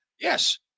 Yes